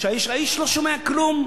האיש לא שומע כלום.